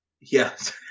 Yes